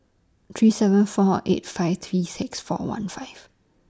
three seven four eight five three six four one five